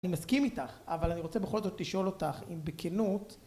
אני מסכים איתך אבל אני רוצה בכל זאת לשאול אותך אם בכנות